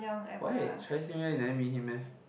why Chinese New Year am I meet him meh